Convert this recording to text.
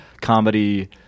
Comedy